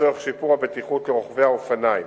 לצורך שיפור הבטיחות לרוכבי האופניים.